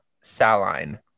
saline